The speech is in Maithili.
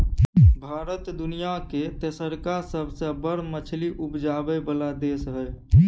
भारत दुनिया के तेसरका सबसे बड़ मछली उपजाबै वाला देश हय